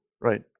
right